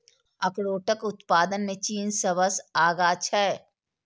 अखरोटक उत्पादन मे चीन सबसं आगां छै